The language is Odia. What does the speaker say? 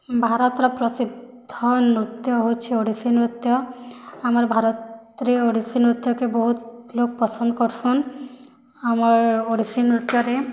ଭାରତର ପ୍ରସିଦ୍ଧ ନୃତ୍ୟ ହେଉଛି ଓଡ଼ିଶୀ ନୃତ୍ୟ ଆମର୍ ଭାରତ୍ରେ ଓଡ଼ିଶୀ ନୃତ୍ୟ କେ ବହୁତ୍ ଲୋକ ପସନ୍ଦ କରୁସନ୍ ଆମର ଓଡ଼ିଶୀ ନୃତ୍ୟରେ